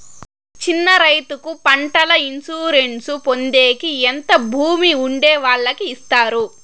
చిన్న రైతుకు పంటల ఇన్సూరెన్సు పొందేకి ఎంత భూమి ఉండే వాళ్ళకి ఇస్తారు?